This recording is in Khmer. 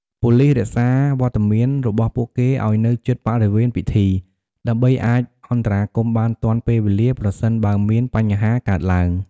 ប៉ូលីសរក្សាវត្តមានរបស់ពួកគេឲ្យនៅជិតបរិវេណពិធី ដើម្បីអាចអន្តរាគមន៍បានទាន់ពេលវេលា ប្រសិនបើមានបញ្ហាកើតឡើង។